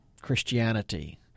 christianity